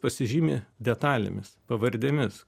pasižymi detalėmis pavardėmis